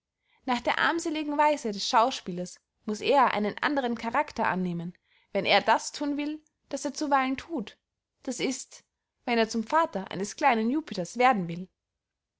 nach der armseligen weise des schauspielers muß er einen andern charakter annehmen wenn er das thun will das er zuweilen thut das ist wenn er zum vater eines kleinen jupiters werden will